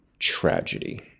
tragedy